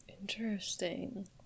Interesting